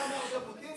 כך אמר ז'בוטינסקי.